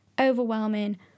overwhelming